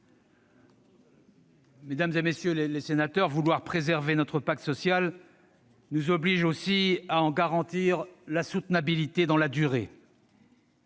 Mesdames, messieurs, la volonté de préserver notre pacte social nous oblige aussi à en garantir la soutenabilité dans la durée.